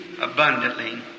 abundantly